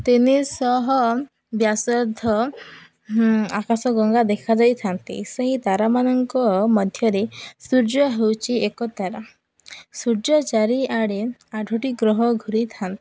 ତିନିଶହ ବ୍ୟାସାର୍ଦ୍ଧ ଆକାଶ ଗଙ୍ଗା ଦେଖାାଯାଇଥାନ୍ତି ସେହି ତାରାମାନଙ୍କ ମଧ୍ୟରେ ସୂର୍ଯ୍ୟ ହେଉଛି ଏକ ତାରା ସୂର୍ଯ୍ୟ ଚାରିଆଡ଼େ ଆଠଟି ଗ୍ରହ ଘୂରିଥାନ୍ତି